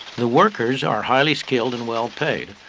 the workers are highly skilled and well-paid.